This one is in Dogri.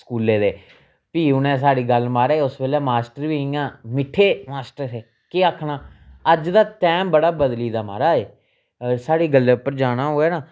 स्कूलै दे फ्ही उनें साढ़ी गल्ल महाराज उस बेल्लै मास्टर बी इ'यां मिट्ठे मास्टर हे केह् आखना अज्ज दा टैम बड़ा बदली गेदा महाराज साढ़ी गल्लें उप्पर जाना होऐ न